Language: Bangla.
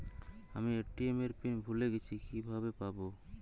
আমি এ.টি.এম এর পিন ভুলে গেছি কিভাবে পাবো?